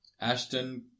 Ashton